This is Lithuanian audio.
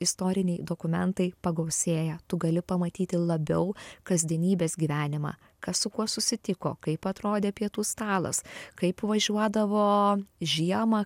istoriniai dokumentai pagausėja tu gali pamatyti labiau kasdienybės gyvenimą kas su kuo susitiko kaip atrodė pietų stalas kaip važiuodavo žiemą